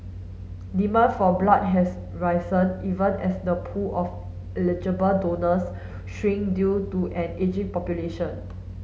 demand for blood has risen even as the pool of eligible donors shrink due to an ageing population